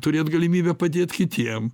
turėt galimybę padėt kitiem